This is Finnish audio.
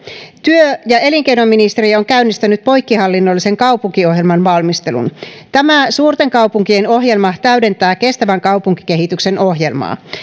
työ ja elinkeinoministeriö on käynnistänyt poikkihallinnollisen kaupunkiohjelman valmistelun tämä suurten kaupunkien ohjelma täydentää kestävän kaupunkikehityksen ohjelmaa